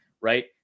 right